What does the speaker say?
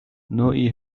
نوعی